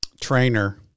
trainer